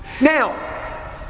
Now